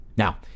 Now